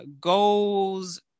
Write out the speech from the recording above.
goals